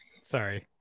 Sorry